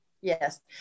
Yes